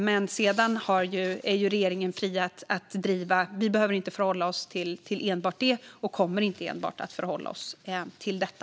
Men sedan behöver vi i regeringen inte förhålla oss enbart till detta, vilket vi heller inte kommer att göra.